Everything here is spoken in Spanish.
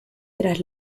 tras